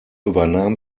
übernahm